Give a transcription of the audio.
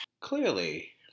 clearly